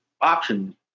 option